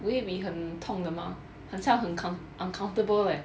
will it be 很痛的吗很像很 com~ uncomfortable leh